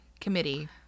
Committee